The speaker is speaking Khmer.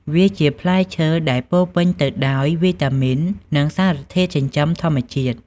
វាជាផ្លែឈើដែលពោរពេញទៅដោយវីតាមីននិងសារធាតុចិញ្ចឹមធម្មជាតិ។